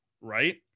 Right